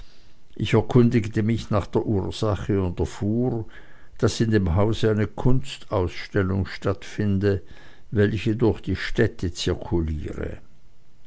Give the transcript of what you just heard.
ich erkundigte mich nach der ursache und erfuhr daß in dem hause eine kunstausstellung stattfinde welche durch die städte zirkuliere